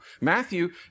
Matthew